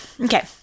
Okay